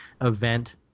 event